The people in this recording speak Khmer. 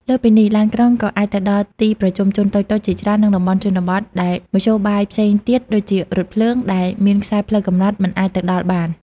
លើសពីនេះ ឡានក្រុងក៏អាចទៅដល់ ទីប្រជុំជនតូចៗ ជាច្រើន និងតំបន់ជនបទដែលមធ្យោបាយផ្សេងទៀតដូចជារថភ្លើង ដែលមានខ្សែផ្លូវកំណត់ មិនអាចទៅដល់បាន។